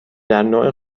درنوع